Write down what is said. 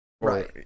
Right